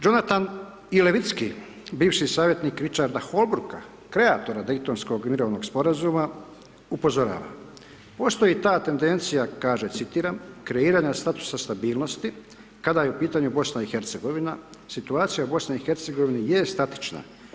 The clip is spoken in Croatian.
Džonatan Ilevicki, bivši savjetnik Ričarda Holbruka, kreatora Dejtonskog mirovnog Sporazuma upozorava, postoji ta tendencija kaže, citiram, kreiranja statusa stabilnosti kada je u pitanju BiH, situacija u BiH je statična.